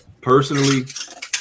Personally